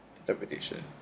interpretation